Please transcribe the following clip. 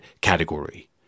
category